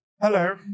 hello